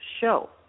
show